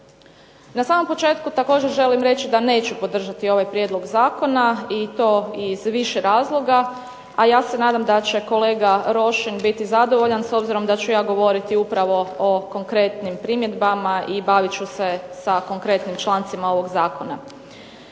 Na samom početku također želim reći da neću podržati ovaj prijedlog zakona i to iz više razloga, a ja se nadam da će kolega Rošin biti zadovoljan, s obzirom da ću ja govoriti upravo o konkretnim primjedbama i bavit ću se sa konkretnim člancima ovog zakona.